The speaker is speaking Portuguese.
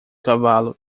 cavalo